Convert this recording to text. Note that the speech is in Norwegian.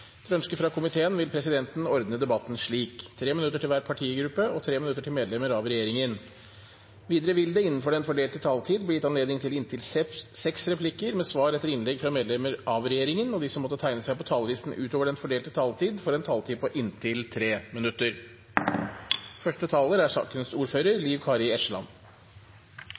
Etter ønske fra energi- og miljøkomiteen vil presidenten ordne debatten slik: 3 minutter til hver partigruppe og 3 minutter til medlemmer av regjeringen. Videre vil det – innenfor den fordelte taletid – bli gitt anledning til inntil seks replikker med svar etter innlegg fra medlemmer av regjeringen, og de som måtte tegne seg på talerlisten utover den fordelte taletid, får en taletid på inntil 3 minutter. Stortingsarbeidet er